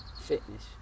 fitness